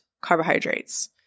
carbohydrates